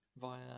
via